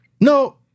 No